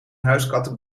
huiskatten